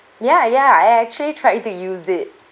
ya ya I actually tried to use it